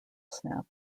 snap